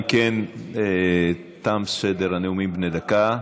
אם כן, תם סדר הנאומים בני דקה.